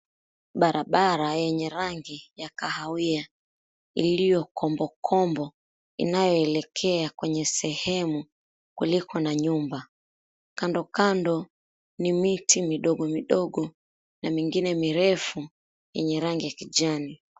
Barabara yenye rangi ya kahawia iliyokombokombo inayoelekea kwenye sehemu kuliko na nyumba. Kandokando, ni miti midogo midogo na mengine mirefu yenye rangi ya kijani.